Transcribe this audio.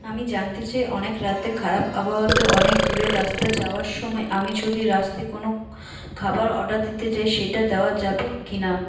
আমি জানতে চাই অনেক রাত্রে খারাপ আবহাওয়াতে অনেক দূরের রাস্তা যাওয়ার সময় আমি যদি রাস্তায় কোন খাবার অর্ডার দিতে চাই সেটা দেওয়া যাবে কি না